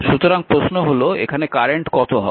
সুতরাং প্রশ্ন হল এখানে কারেন্ট কত হবে